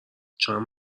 چند